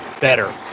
better